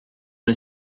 les